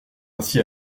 ainsi